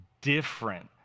different